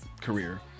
career